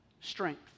strength